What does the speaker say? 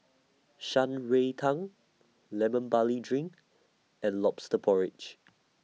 Shan Rui Tang Lemon Barley Drink and Lobster Porridge